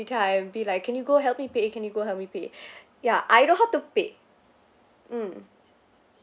time be like can you go help me pay can you go help me pay ya I know how to pay mm